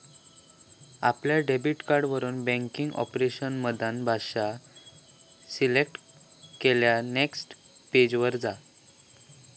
आपल्या डेबिट कार्डातून banking option मधना भाषा सिलेक्ट केल्यार नेक्स्ट पेज वर जा